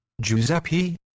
Giuseppe